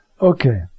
Okay